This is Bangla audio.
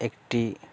একটি